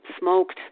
smoked